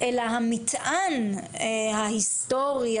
אלא המטען ההיסטורי,